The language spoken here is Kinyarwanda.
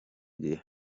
gihe